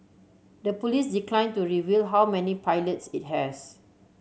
the police declined to reveal how many pilots it has